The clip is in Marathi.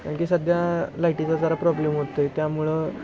कारण की सध्या लाईटीचा जरा प्रॉब्लेम होतो आहे त्यामुळं